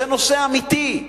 זה נושא אמיתי.